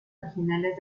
originales